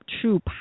true